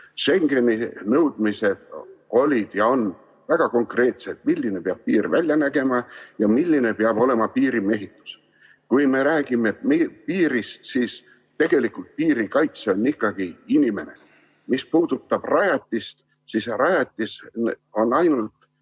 Schengeni nõudmised olid ja on väga konkreetsed, milline peab piir välja nägema ja milline peab olema piiri mehitatus. Kui me räägime piirist, siis tegelikult piiri kaitsja on ikkagi inimene. Mis puudutab rajatist, siis rajatis on ainult